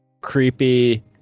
creepy